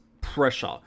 pressure